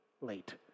late